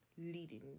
leading